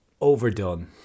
overdone